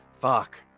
fuck